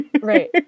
right